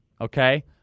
okay